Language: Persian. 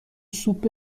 سوپ